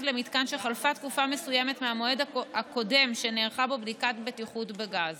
למתקן שחלפה תקופה מסוימת מהמועד הקודם שנערכה בו בדיקת בטיחות בגז